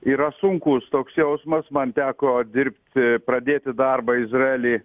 yra sunkus toks jausmas man teko dirbti pradėti darbą izraely